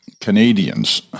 Canadians